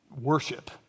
worship